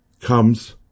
comes